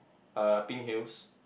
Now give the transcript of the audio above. uh pink heels